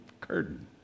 curtain